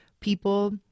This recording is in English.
people